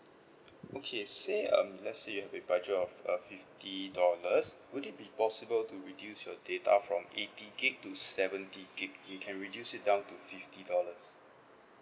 okay say um let's say you have a budget of uh fifty dollars would it be possible to reduce your data from eighty gig to seventy gig you can reduce it down to fifty dollars